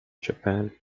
japan